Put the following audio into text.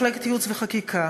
מחלקת ייעוץ וחקיקה,